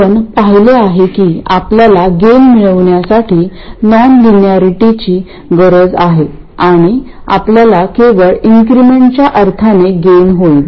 आपण पाहिले आहे की आपल्याला गेन मिळवण्यासाठी नॉनलिनिरिटीची गरज आहे आणि आपल्याला केवळ इन्क्रिमेंटच्या अर्थाने गेन होईल